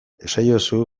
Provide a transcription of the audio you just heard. esaiozu